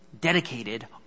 dedicated